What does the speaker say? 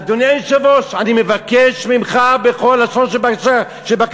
אדוני היושב-ראש, אני מבקש ממך בכל לשון של בקשה,